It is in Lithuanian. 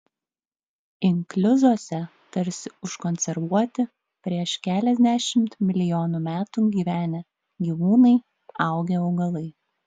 inkliuzuose tarsi užkonservuoti prieš keliasdešimt milijonų metų gyvenę gyvūnai augę augalai